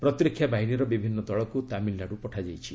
ପ୍ରତିରକ୍ଷା ବାହିନୀର ବିଭିନ୍ନ ଦଳକୁ ତାମିଲ୍ନାଡୁ ପଠାଯାଇଛି